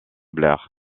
blair